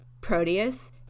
Proteus